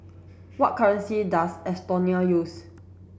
what currency does Estonia use